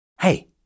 Hey